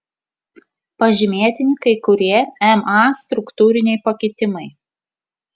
pažymėtini kai kurie ma struktūriniai pakitimai